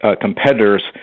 competitors